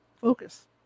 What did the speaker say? Focus